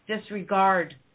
disregard